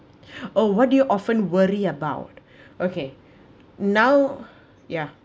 oh what do you often worry about okay now ya